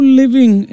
living